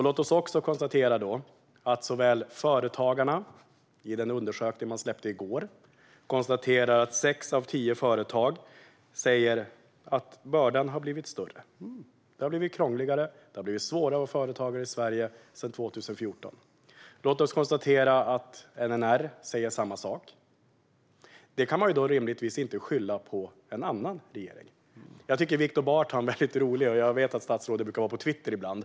Låt oss konstatera att sex av tio företag i den undersökning som släpptes i går säger att bördan har blivit större, att det har blivit krångligare och att det har blivit svårare att vara företagare i Sverige sedan 2014. Låt oss också konstatera att NNR säger samma sak. Detta kan man rimligtvis inte skylla på en annan regering. Jag tycker att Viktor Barth är lite rolig. Jag vet att statsrådet brukar vara på Twitter ibland.